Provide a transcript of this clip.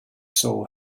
soul